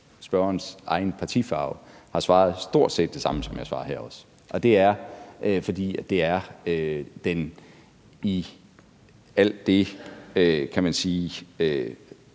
spørgerens egen partifarve har svaret stort set det samme, som jeg også svarer her. Og det er, fordi det, trods alt det, som kan synes